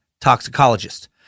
toxicologist